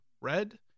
red